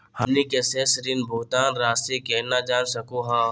हमनी के शेष ऋण भुगतान रासी केना जान सकू हो?